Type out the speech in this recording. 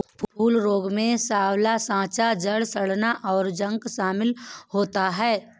फूल रोग में साँवला साँचा, जड़ सड़ना, और जंग शमिल होता है